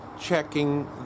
checking